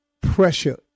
pressure